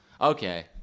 okay